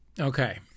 Okay